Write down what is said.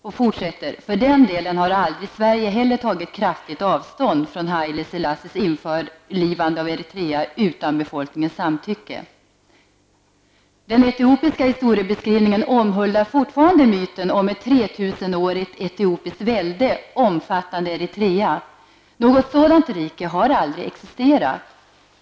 Han fortsätter: ''Som framgick -- har för den delen aldrig heller Sverige kraftfullt tagit avstånd från Haile Selassies införlivande av Den etiopiska historiebeskrivningen omhuldar fortfarande myten om ett 3000-årigt etipoiskt välde, omfattande Eritrea. Något sådant rike har aldrig existerat.